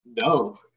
No